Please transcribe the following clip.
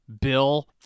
Bill